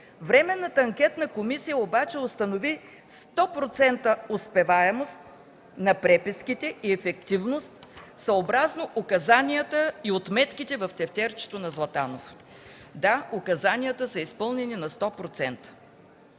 временната анкетна комисия обаче установи 100% успеваемост на преписките и ефективност съобразно указанията и отметките в тефтерчето на Златанов. Да, указанията са изпълнени на 100%.